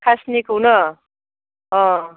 खासनिखौनो अह